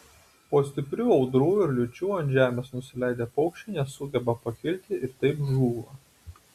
po stiprių audrų ir liūčių ant žemės nusileidę paukščiai nesugeba pakilti ir taip žūva